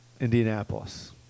Indianapolis